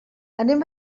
anem